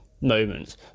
moments